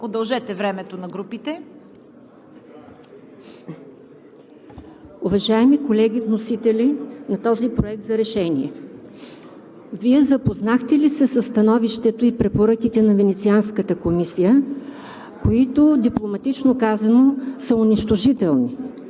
удължете времето на групите. СМИЛЯНА НИТОВА-КРЪСТЕВА: Уважаеми колеги вносители на този проект за решение, Вие запознахте ли се със становището и препоръките на Венецианската комисия, които, дипломатично казано, са унищожителни